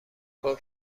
گفت